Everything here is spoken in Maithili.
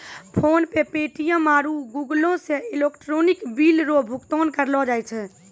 फोनपे पे.टी.एम आरु गूगलपे से इलेक्ट्रॉनिक बिल रो भुगतान करलो जाय छै